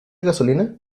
gasolina